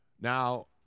Now